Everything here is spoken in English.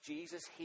Jesus